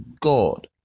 God